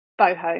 Boho